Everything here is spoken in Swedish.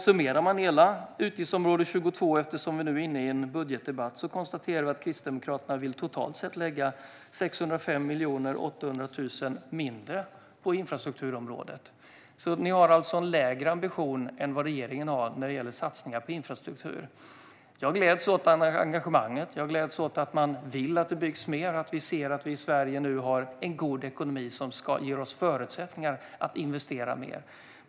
Summerar man hela utgiftsområde 22 - vi är ju inne i en budgetdebatt - kan vi konstatera att Kristdemokraterna totalt sett vill lägga 605 800 000 kronor mindre på infrastrukturområdet. Ni har alltså en lägre ambition än regeringen när det gäller satsningar på infrastruktur. Jag gläds åt engagemanget. Jag gläds åt att man vill att det byggs mer. Vi ser att vi i Sverige nu har en god ekonomi som ger oss förutsättningar att investera mer.